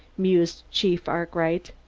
mused chief arkwright.